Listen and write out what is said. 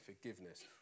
forgiveness